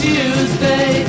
Tuesday